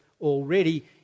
already